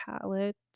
palette